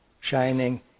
shining